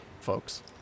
folks